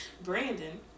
Brandon